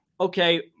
okay